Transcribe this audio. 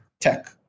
tech